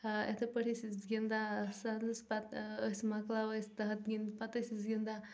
یِتھے پٲٹھۍ ٲسۍ أسۍ گِنٛدان سزس پتہٕ أسۍ مۄکلاوان أسۍ تتھ گِنٛدِتھ پتہٕ أسۍ أسۍ گِنٛدان